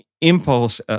impulse